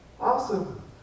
awesome